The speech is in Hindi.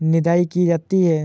निदाई की जाती है?